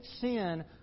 sin